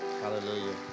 Hallelujah